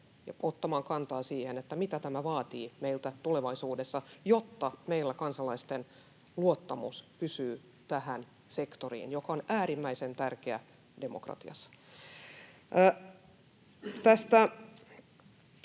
ottamaan kantaa siihen, mitä tämä vaatii meiltä tulevaisuudessa, jotta meillä kansalaisten luottamus pysyy tähän sektoriin, joka on äärimmäisen tärkeä demokratiassa. Tästä